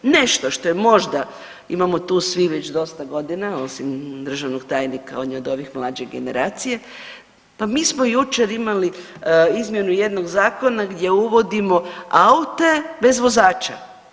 Nešto što je možda, imamo tu svi već dosta godina osim državnog tajnika, on je od ove mlađe generacije, pa mi smo jučer imali izmjenu jednog zakona gdje uvodimo aute bez vozača.